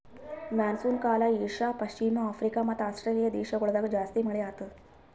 monsoon ಕಾಲ Asia, ಪಶ್ಚಿಮ Africa ಮತ್ತ ಆಸ್ಟ್ರೇಲಿಯಾ ದೇಶಗೊಳ್ದಾಗ್ ಜಾಸ್ತಿ ಮಳೆ ಆತ್ತುದ್